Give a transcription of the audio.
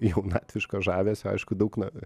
jaunatviško žavesio aišku daug na